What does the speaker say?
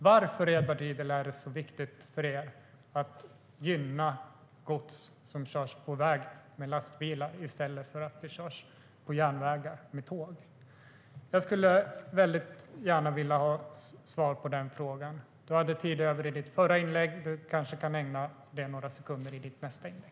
Varför, Edward Riedl, är det så viktigt för er att gynna gods som körs på väg, med lastbilar, i stället för på järnväg, med tåg? Jag skulle väldigt gärna vilja ha svar på den frågan. Du hade tid över i ditt förra inlägg, Edward Riedl. Du kanske kan ägna detta några sekunder i ditt nästa inlägg.